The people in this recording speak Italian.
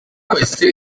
queste